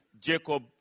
Jacob